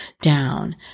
down